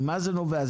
ממה זה נובע?